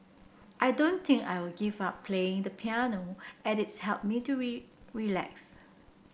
I don't think I will give up playing the piano as it helps me to relax